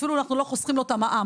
אפילו אנחנו לא חוסכים לו את המע"מ.